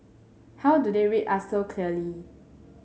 how do they read us so clearly